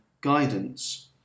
guidance